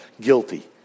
Guilty